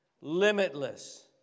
Limitless